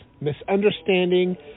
misunderstanding